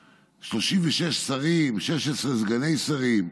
את 36 שרים ו-16 סגני השרים,